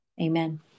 amen